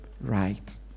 right